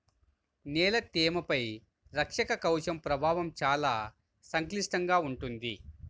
నేల తేమపై రక్షక కవచం ప్రభావం చాలా సంక్లిష్టంగా ఉంటుంది